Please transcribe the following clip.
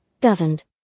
governed